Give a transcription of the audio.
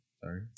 Sorry